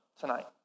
tonight